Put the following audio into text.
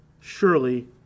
surely